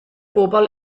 bobl